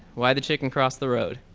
why the chicken cross the road?